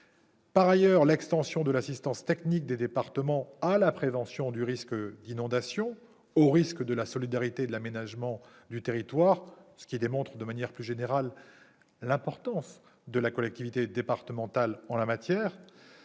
locaux ; l'extension de l'assistance technique des départements à la prévention du risque d'inondation au titre de la solidarité et de l'aménagement du territoire, ce qui démontre, de manière plus générale, l'importance de la collectivité départementale en la matière